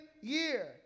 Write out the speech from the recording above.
year